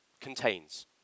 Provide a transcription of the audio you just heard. contains